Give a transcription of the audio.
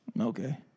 Okay